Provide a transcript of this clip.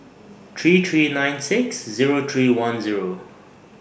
three three nine six Zero three one Zero